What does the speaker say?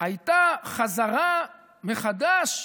הייתה חזרה מחדש,